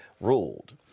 ruled